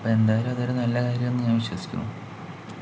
അപ്പെന്തായാലും അതൊരു നല്ല കാര്യമാണെന്ന് ഞാൻ വിശ്വസിക്കുന്നു